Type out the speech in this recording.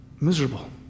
miserable